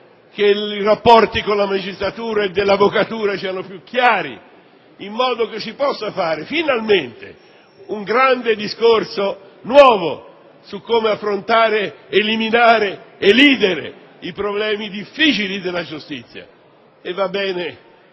i rapporti con la magistratura e con l'avvocatura siano più chiari e che si possa svolgere finalmente un grande discorso nuovo su come affrontare, eliminare, elidere i problemi difficili della giustizia. Va bene: